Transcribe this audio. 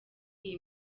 iyi